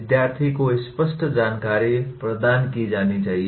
विद्यार्थी को स्पष्ट जानकारी प्रदान की जानी चाहिए